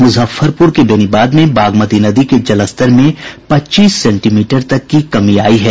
मुजफ्फरपुर के बेनीबाद में बागमती नदी के जलस्तर में पच्चीस सेंटीमीटर तक की कमी आयी है